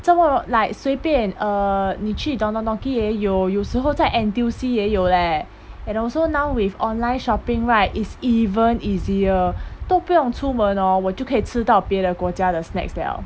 这么 like 随便 err 你去 don-don-donki 也有有时候在 N_T_U_C 也有 leh and also now with online shopping right it's even easier 都不用出门 orh 我就可以吃到别的国家的 snacks liao